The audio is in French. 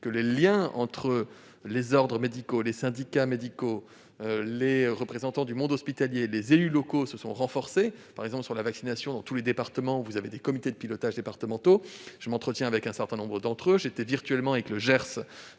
que les liens entre les ordres médicaux, les syndicats médicaux, les représentants du monde hospitalier et les élus locaux se sont renforcés. Par exemple, pour la vaccination, dans tous les départements se trouvent des comités de pilotage départementaux. Je m'entretiens régulièrement avec un certain nombre d'entre eux, j'étais ainsi virtuellement avec celui